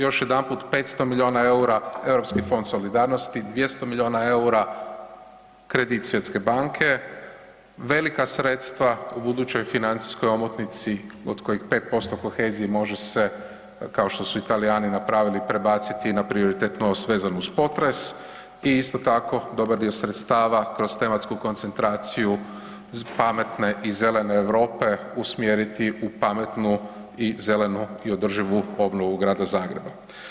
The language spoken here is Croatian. Još jedanput 500 miliona EUR-a Europski fond solidarnosti, 200 miliona EUR-a kredit Svjetske banke, velika sredstva u budućoj financijskoj omotnici od kojih 5% kohezije može se kao što su i Talijani napravili, prebaciti na prioritet vezan uz potres i isto tako dobar dio sredstava kroz tematsku koncentraciju pametne i zelene Europe usmjeriti u pametnu i zelenu i održivu obnovu Grada Zagreba.